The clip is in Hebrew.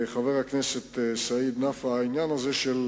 חבר הכנסת סעיד נפאע, העניין הזה של